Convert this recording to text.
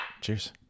Cheers